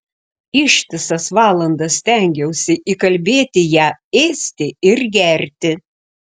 ištisas valandas stengiausi įkalbėti ją ėsti ir gerti